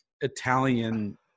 Italian